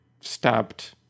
stabbed